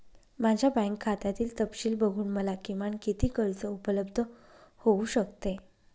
माझ्या बँक खात्यातील तपशील बघून मला किमान किती कर्ज उपलब्ध होऊ शकते?